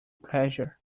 pleasure